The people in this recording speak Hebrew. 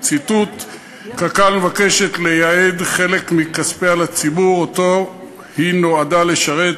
"קק"ל מבקשת לייעד חלק מכספיה לציבור שאותו היא נועדה לשרת,